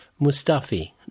Mustafi